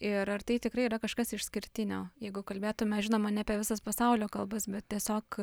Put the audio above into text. ir ar tai tikrai yra kažkas išskirtinio jeigu kalbėtume žinoma ne apie visas pasaulio kalbas bet tiesiog